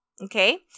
okay